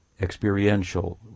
experiential